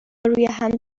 رویهم